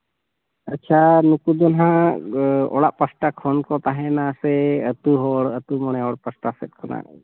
ᱟᱪᱪᱷᱟ ᱱᱩᱠᱩ ᱫᱚ ᱦᱟᱸᱜ ᱚᱲᱟᱜ ᱯᱟᱥᱴᱟ ᱠᱷᱚᱱ ᱠᱚ ᱛᱟᱦᱮᱱᱟ ᱥᱮ ᱟᱛᱳ ᱦᱚᱲ ᱟᱛᱳ ᱢᱚᱬᱮ ᱦᱚᱲ ᱯᱟᱥᱴᱟ ᱥᱮᱜ ᱠᱷᱚᱱᱟᱜ